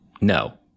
no